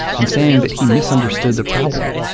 and saying that he misunderstood the problem.